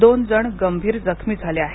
दोन जण गंभीर जखमी झाले आहेत